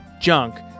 junk